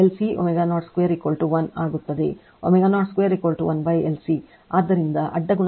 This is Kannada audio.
ಈಗ LC ω02 1 ಆಗುತ್ತದೆ ω02 1LC ಆದ್ದರಿಂದ ಅಡ್ಡ ಗುಣಾಕಾರ ω ω LC ω02 1